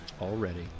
Already